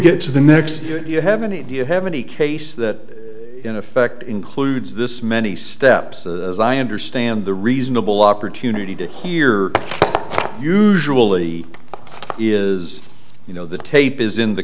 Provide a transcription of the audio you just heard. get to the next you have a need you have any case that in effect includes this many steps as i understand the reasonable opportunity to hear usually is you know the tape is in the